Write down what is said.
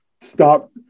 Stop